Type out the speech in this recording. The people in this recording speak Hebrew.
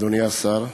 אדוני השר,